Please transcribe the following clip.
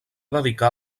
dedicar